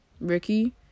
Ricky